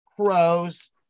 crows